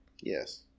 Yes